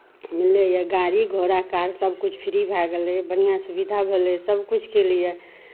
मिललैए गाड़ी घोड़ा कार सभकिछु फ्री भए गेलै बढ़िआँ सुविधा भेलै सभकिछुके लिए